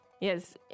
Yes